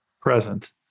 present